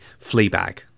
Fleabag